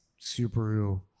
Subaru